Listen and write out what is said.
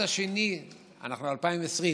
ב-2020,